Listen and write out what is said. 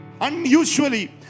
unusually